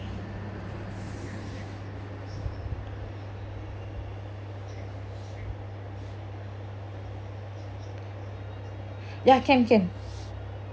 ya can can